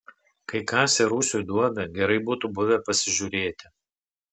kai kasė rūsiui duobę gerai būtų buvę pasižiūrėti